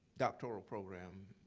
doctoral program,